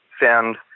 found